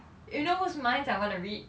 you know whose minds I wanna read